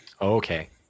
Okay